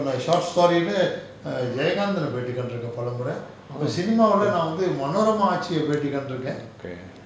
orh okay